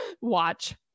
watch